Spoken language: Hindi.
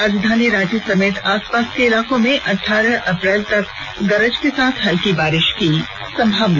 और राजधानी रांची समेत आसपास के इलाकों में अठारह अप्रैल तक गरज के साथ हल्की बारिश की संभावना